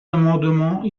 amendements